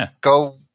Go